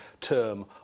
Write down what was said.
term